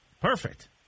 Perfect